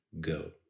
go